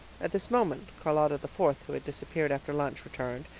at this moment charlotta the fourth, who had disappeared after lunch, returned,